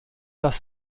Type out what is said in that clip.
das